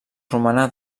romana